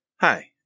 Hi